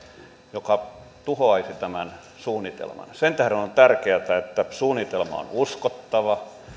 joka tuhoaisi tämän suunnitelman sen tähden on tärkeätä että suunnitelma on uskottava